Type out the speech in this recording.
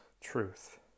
truth